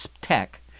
tech